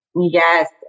Yes